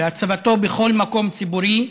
והצבתו בכל מקום ציבורי,